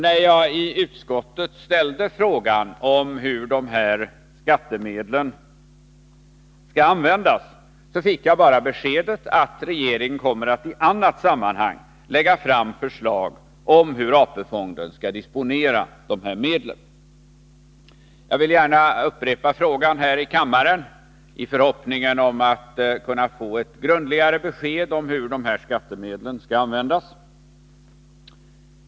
När jag i utskottet frågade hur de aktuella skattemedlen skall användas, fick jag bara beskedet att regeringen i annat sammanhang kommer att lägga fram förslag om hur AP-fonden skall disponera medlen. Jag vill gärna upprepa frågan här i kammaren, i förhoppning om att få ett grundligare besked om hur de här skattemedlen skall användas.